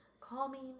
calming